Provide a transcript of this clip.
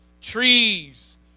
trees